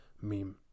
meme